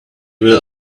will